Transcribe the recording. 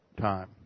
time